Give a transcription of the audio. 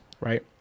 right